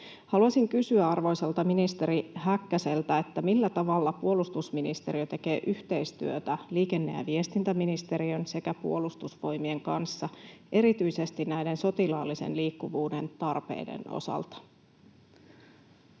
Haluaisin kysyä arvoisalta ministeri Häkkäseltä: millä tavalla puolustusministeriö tekee yhteistyötä liikenne- ja viestintäministeriön sekä Puolustusvoimien kanssa erityisesti näiden sotilaallisen liikkuvuuden tarpeiden osalta?